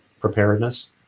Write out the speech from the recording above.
preparedness